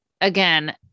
again